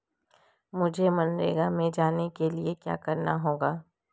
मुझे मनरेगा में जाने के लिए क्या करना होगा?